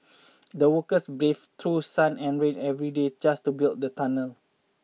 the workers braved through sun and rain every day just to build the tunnel